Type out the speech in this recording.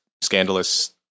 scandalous